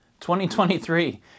2023